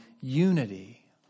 unity